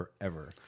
forever